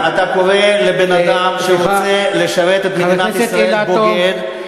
אתה קורא לבן-אדם שרוצה לשרת את מדינת ישראל בוגד.